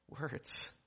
words